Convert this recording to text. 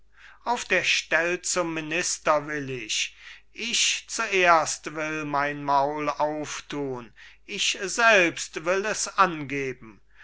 auf der stell zum minister will ich ich zuerst will mein maul aufthun ich selbst will es angeben